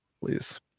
please